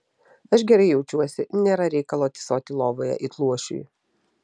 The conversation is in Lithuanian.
aš gerai jaučiuosi nėra reikalo tysoti lovoje it luošiui